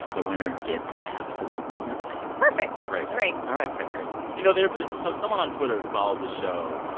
the winner gets absolutely nothing perfect great great, all right high stakes you know, there so someone on twitter who follows the show,